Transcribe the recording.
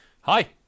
Hi